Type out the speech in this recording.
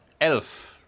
Elf